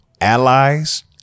allies